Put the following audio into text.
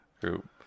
group